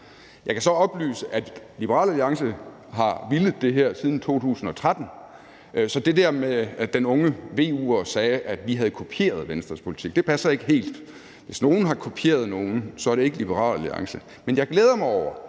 Jeg kan så oplyse, at Liberal Alliance har villet det her siden 2013. Så det der med, at den unge VU'er sagde, at vi havde kopieret Venstres politik, passer ikke helt. Hvis nogen har kopieret nogen, er det ikke Liberal Alliance. Men jeg glæder mig over,